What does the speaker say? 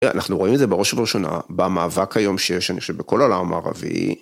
אנחנו רואים את זה בראש ובראשונה במאבק היום שיש בכל העולם הערבי.